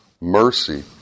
mercy